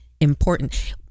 important